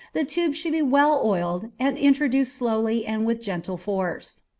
the tube should be well oiled, and introduced slowly and with gentle force.